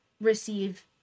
receive